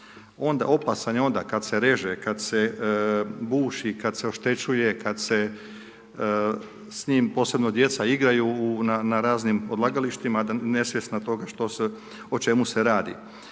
dira. Opasan je onda kad se reže, kad se buši, kad se oštećuje, kad se s njim posebno djeca igraju na raznim odlagalištima nesvjesna toga o čemu se radi.